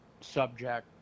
subject